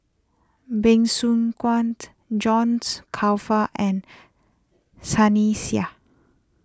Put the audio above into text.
Bey Soo Khiang Johns Crawfurd and Sunny Sia